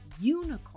unicorn